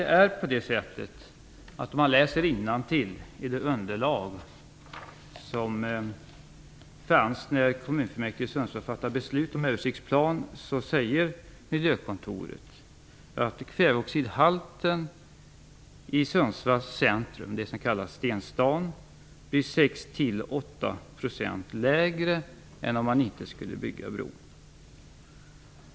Fru talman! I det underlag som fanns när kommunfullmäktige i Sundsvall fattade beslut om en översiktsplan säger miljökontoret att kväveoxidhalterna i Sundsvalls centrum, det som kallas stenstan, blir 6-8 % lägre än om man inte skulle bygga en bro.